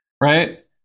right